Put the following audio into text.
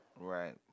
Right